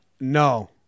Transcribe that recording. No